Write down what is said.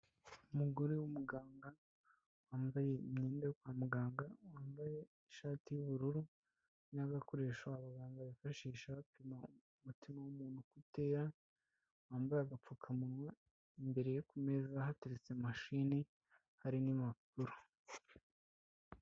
Umugore w'umuganga, wambaye imyenda yo kwa muganga, wambaye ishati y'ubururu n'agakoresho abaganga bifashisha bapima umutima w'umuntu uko utera, wambaye agapfukamunwa, imbere ye ku meza hateretse mashini, hari n'impapuro.